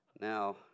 Now